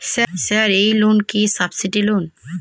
Sir এই loan কি subsidy loan?